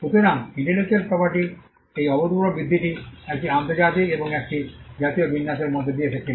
সুতরাং intellectual property র এই অভূতপূর্ব বৃদ্ধিটি একটি আন্তর্জাতিক এবং একটি জাতীয় বিন্যাসের মধ্য দিয়ে এসেছিল